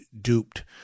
duped